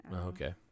Okay